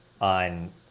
on